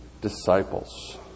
disciples